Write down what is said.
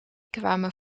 kwamen